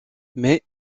mais